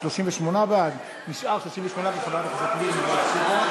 העדפת תוצרת הארץ במכרזי מערכת הביטחון,